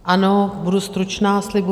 Ano, budu stručná, slibuji.